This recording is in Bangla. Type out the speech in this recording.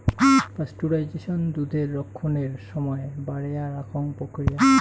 পাস্টুরাইজেশন দুধের রক্ষণের সমায় বাড়েয়া রাখং প্রক্রিয়া